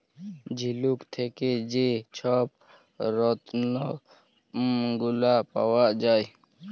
ঝিলুক থ্যাকে যে ছব রত্ল গুলা পাউয়া যায়